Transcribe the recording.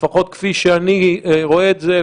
לפחות כפי שאני רואה את זה,